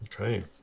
Okay